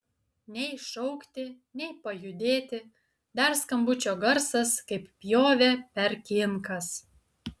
nei šaukti nei pajudėti dar skambučio garsas kaip pjovė per kinkas